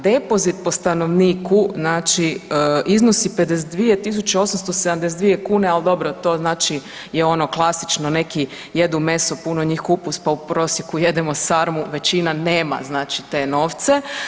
Depozit po stanovniku, znači iznosi 52.872 kune, al dobro to znači je ono klasično, neki jedu meso, puno njih kupus, pa u prosjeku jedemo sarmu, većina nema znači te novce.